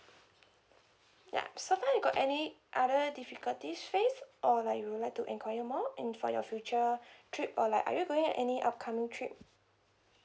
ya so far you got any other difficulties faced or like you would like to inquire more and for your future trip or like are you going any upcoming trip